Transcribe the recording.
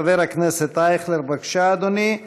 חבר הכנסת אייכלר, בבקשה, אדוני.